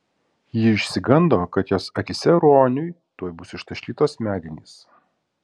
ji išsigando kad jos akyse roniui tuoj bus ištaškytos smegenys